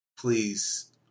Please